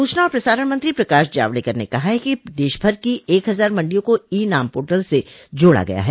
सूचना और प्रसारण मंत्री प्रकाश जावडेकर ने कहा है कि देशभर की एक हजार मंडियों को ई नाम पोर्टल से जोड़ा गया है